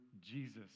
Jesus